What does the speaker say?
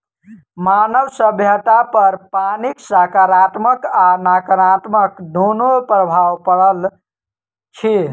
मानव सभ्यतापर पानिक साकारात्मक आ नाकारात्मक दुनू प्रभाव पड़ल अछि